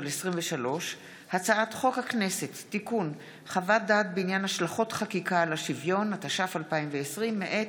על שולחן הכנסת, לקריאה ראשונה, מטעם